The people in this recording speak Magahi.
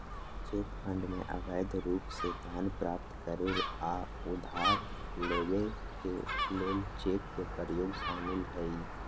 चेक फ्रॉड में अवैध रूप से धन प्राप्त करे आऽ उधार लेबऐ के लेल चेक के प्रयोग शामिल हइ